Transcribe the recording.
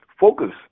Focus